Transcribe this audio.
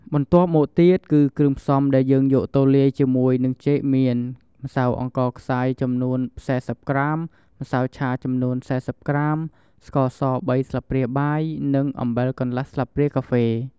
បន្ទាប់មកទៀតគឺគ្រឿងផ្សំដែលយើងយកទៅលាយជាមួយនឹងចេកមាន ម្សៅអង្ករខ្សាយចំនួន៤០ក្រាម ម្សៅឆាចំនួន៤០ក្រាម ស្ករស៣ស្លាបព្រាបាយ និងអំបិលកន្លះស្លាបព្រាកាហ្វេ។